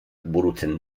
burutzen